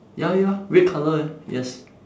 ya ya red colour eh yes